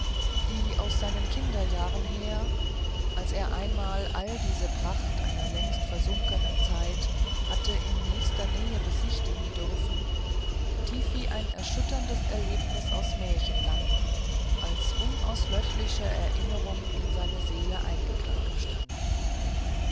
die aus seinen kinderjahren her als er einmal all diese pracht einer längst versunkenen zeit hatte in nächster nähe besichtigen dürfen tief wie ein erschütterndes erlebnis aus märchenlanden als unauslöschliche erinnerung in seine seele eingegraben standen